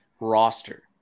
roster